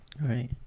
right